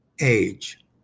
age